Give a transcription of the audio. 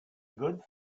good